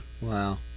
Wow